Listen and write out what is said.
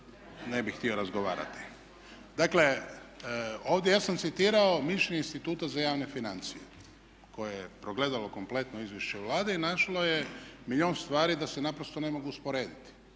ne bih htio razgovarati. Dakle, ovdje ja sam citirao mišljenje Instituta za javne financije koje je progledalo kompletno izvješće Vlade i našlo je milijun stvari da se naprosto ne mogu usporediti.